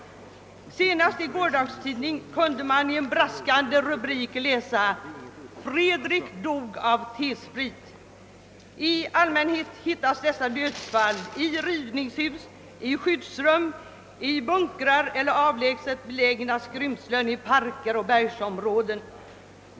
Så sent som i gårdagens tidningar kunde man i en braskande rubrik läsa: »Fredrik dog av T-sprit». I allmänhet hittas de döda i rivningshus, skyddsrum, bunkrar eller avlägset belägna skrymslen i parker och bergsområden.